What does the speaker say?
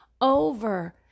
over